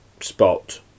spot